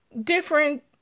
different